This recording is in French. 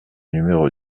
numéro